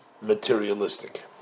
materialistic